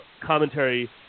commentary